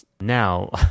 now